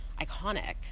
iconic